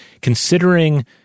considering